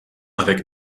avec